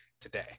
today